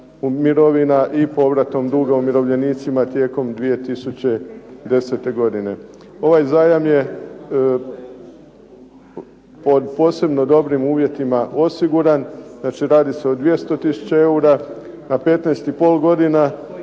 mirovina i povratom duga umirovljenicima tijekom 2010. godine. Ovaj zajam je pod posebno dobrim uvjetima osiguran. Znači radi se o 200 tisuća eura na 15,5 godina